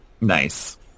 Nice